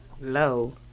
low